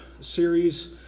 series